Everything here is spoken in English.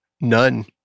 None